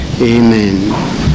Amen